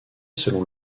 selon